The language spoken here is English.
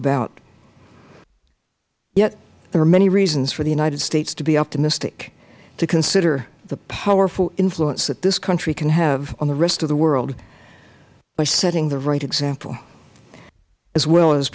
about yet there are many reasons for the united states to be optimistic to consider the powerful influence that this country can have on the rest of the world by setting the right example as well as